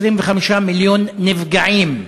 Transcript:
ו-25 מיליון נפגעים.